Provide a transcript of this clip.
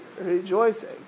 rejoicing